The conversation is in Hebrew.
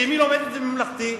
ואם היא לומדת בממלכתי?